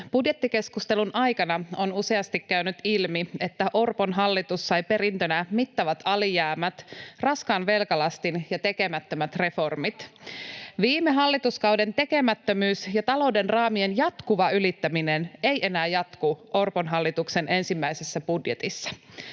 Budjettikeskustelun aikana on useasti käynyt ilmi, että Orpon hallitus sai perintönä mittavat alijäämät, raskaan velkalastin ja tekemättömät reformit. Viime hallituskauden tekemättömyys ja talouden raamien jatkuva ylittäminen ei enää jatku Orpon hallituksen ensimmäisessä budjetissa.